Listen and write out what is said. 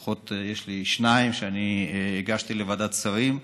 יש לי לפחות שתיים שהגשתי לוועדת שרים,